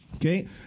Okay